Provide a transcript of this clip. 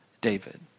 David